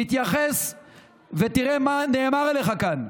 תתייחס ותראה מה נאמר עליך כאן.